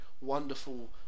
wonderful